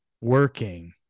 working